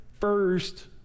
first